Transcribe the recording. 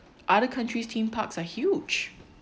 other countries' theme parks are huge